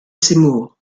seymour